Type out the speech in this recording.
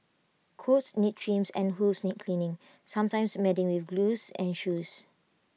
coats need trims and hooves need cleaning sometimes mending with glue and shoes